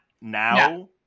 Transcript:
now